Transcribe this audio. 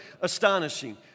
astonishing